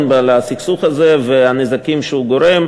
של הסכסוך הזה ולגבי הנזקים שהוא גורם.